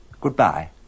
goodbye